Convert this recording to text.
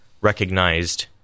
recognized